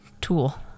tool